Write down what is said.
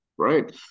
Right